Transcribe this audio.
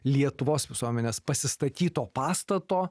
lietuvos visuomenės pasistatyto pastato